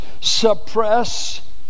suppress